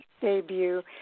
debut